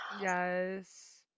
Yes